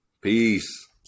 Peace